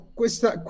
questa